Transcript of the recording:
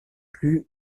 plus